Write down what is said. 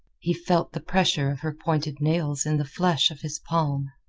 he felt the pressure of her pointed nails in the flesh of his palm.